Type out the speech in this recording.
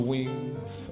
Wings